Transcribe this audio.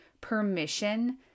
permission